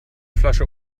flasche